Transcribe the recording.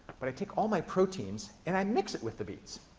but i take all my proteins and i mix it with the beads.